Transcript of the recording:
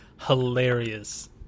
hilarious